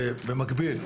במקביל,